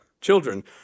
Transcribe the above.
Children